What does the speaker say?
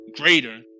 greater